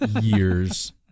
years